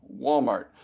Walmart